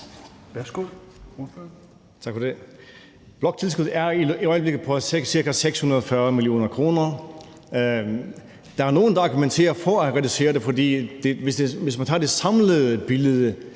Tak for det. Bloktilskuddet er i øjeblikket på ca. 640 mio. kr., og der er nogle, der argumenterer for at reducere det. For hvis man tager det samlede billede